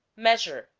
measure,